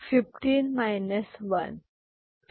15 1